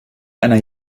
einer